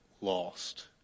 lost